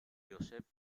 joseph